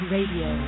Radio